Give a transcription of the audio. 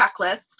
checklist